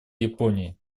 японии